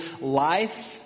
life